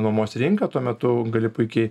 nuomos rinka tuo metu gali puikiai